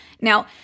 Now